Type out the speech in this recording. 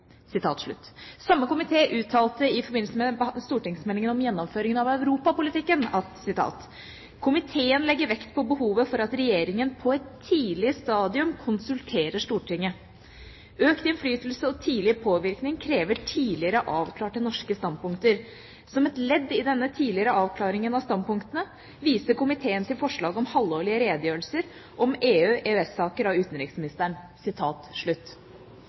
Samme komité uttalte i forbindelse med stortingsmeldingen om gjennomføringen av europapolitikken: «Komiteen legger vekt på behovet for at Regjeringen på et tidlig stadium konsulterer Stortinget. Økt innflytelse og tidlig påvirkning krever tidligere avklarte, norske standpunkter. Som et ledd i den tidligere avklaringen av standpunktene, viser komiteen til forslaget om halvårlige redegjørelser om EU/EØS-saker av utenriksministeren».